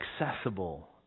accessible